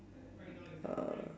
uh